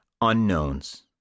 unknowns